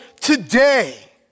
today